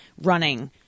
running